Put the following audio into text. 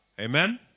Amen